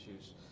issues